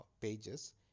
pages